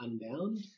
Unbound